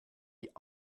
die